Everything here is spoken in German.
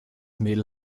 mädel